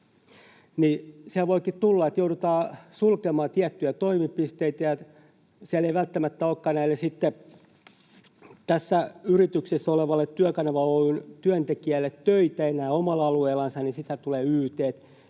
niin voikin tulla, että joudutaan sulkemaan tiettyjä toimipisteitä, eikä välttämättä sitten enää olekaan tässä yrityksessä olevalle Työkanava Oy:n työntekijälle töitä omalla alueellansa, ja sittenhän tulevat yt:t.